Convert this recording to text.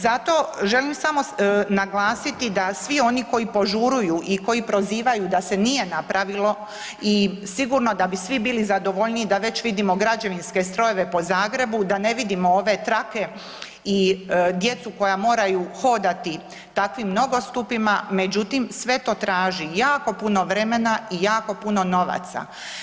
Zato želim samo naglasiti da svi oni koji požuruju i koji prozivaju da se nije napravilo i sigurno da bi svi bili zadovoljniji da već vidimo građevinske strojeve po Zagrebu, da ne vidimo ove trake i djecu koja moraju hodati takvim nogostupima, međutim sve to traži jako puno vremena i jako puno novaca.